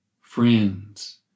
friends